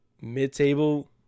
mid-table